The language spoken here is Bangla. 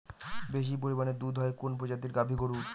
বেশি পরিমানে দুধ হয় কোন প্রজাতির গাভি গরুর?